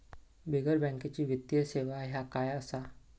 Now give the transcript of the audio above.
बिगर बँकेची वित्तीय सेवा ह्या काय असा?